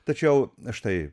tačiau štai